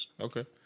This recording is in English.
Okay